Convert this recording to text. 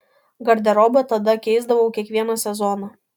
garderobą tada keisdavau kiekvieną sezoną